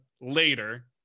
later